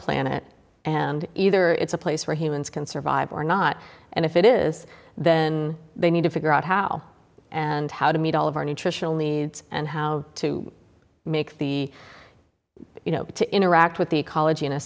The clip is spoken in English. planet and either it's a place where humans can survive or not and if it is then they need to figure out how and how to meet all of our nutritional needs and how to make the you know to interact with the ecology in a